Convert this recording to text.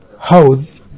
house